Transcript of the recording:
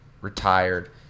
retired